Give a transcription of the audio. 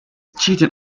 cheating